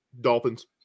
Dolphins